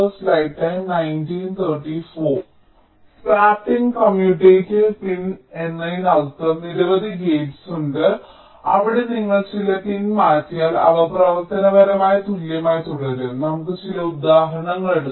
swapping commutative pin എന്നതിനർത്ഥം നിരവധി gates ഉണ്ട് അവിടെ നിങ്ങൾ ചില പിൻ മാറ്റിയാൽ അവ പ്രവർത്തനപരമായി തുല്യമായി തുടരും നമുക്ക് ചില ഉദാഹരണങ്ങൾ എടുക്കാം